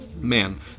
man